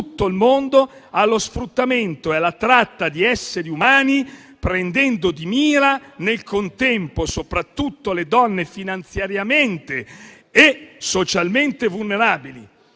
tutto il mondo allo sfruttamento e alla tratta di esseri umani, prendendo di mira nel contempo soprattutto le donne finanziariamente e socialmente vulnerabili,